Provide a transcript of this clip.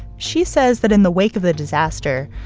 she says that in the wake of the disaster,